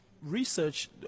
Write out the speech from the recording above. research